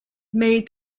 made